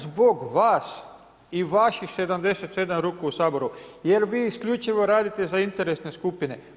Zbog vas i vaših 77 ruku u Saboru, jer vi isključivo radite za interesne skupine.